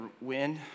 wind